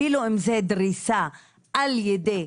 אפילו אם זה דריסה על ידי